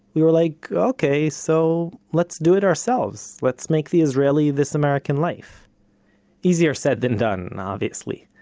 we were like ok, so let's do it ourselves. let's make the israeli this american life easier said than done, obviously,